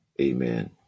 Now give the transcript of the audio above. amen